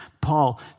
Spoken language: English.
Paul